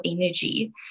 energy